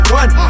one